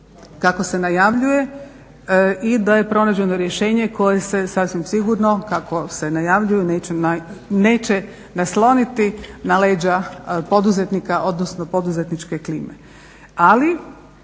kako se najavljuje i da je pronađeno rješenje koje se sasvim sigurno kako se najavljuje neće nasloniti na leđa poduzetnika odnosno poduzetničke klime.